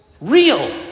Real